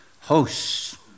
hosts